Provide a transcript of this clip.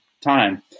time